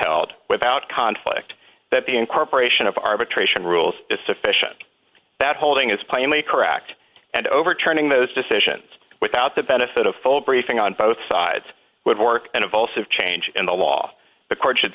held without conflict that the incorporation of arbitration rules is sufficient that holding is plainly correct and overturning those decisions without the benefit of full briefing on both sides would work and of also change in the law the court should